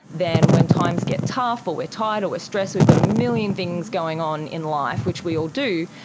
then when times get tough or we tired or we're stressed, we've got a million things going on in life, which we all do,